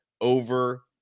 over